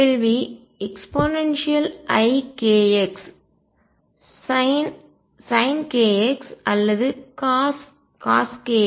கேள்வி eikx sin kx அல்லது cos kx